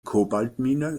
kobaltmine